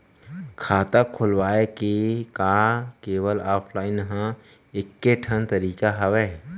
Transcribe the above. खाता खोलवाय के का केवल ऑफलाइन हर ऐकेठन तरीका हवय?